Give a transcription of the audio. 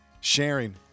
sharing